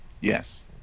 yes